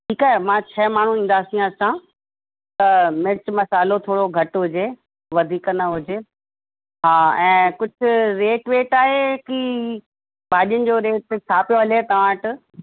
ठीकु आहे मां छह माण्हू ईंदासीं असां त मिर्चु मसालो थोरो घटि हुजे वधीक न हुजे हा ऐं कुझु रेट वेट आहे कि भाॼियुनि जो रेट छा पियो हले तव्हां वटि